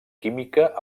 química